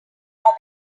are